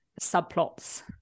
subplots